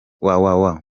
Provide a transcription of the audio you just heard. www